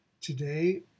today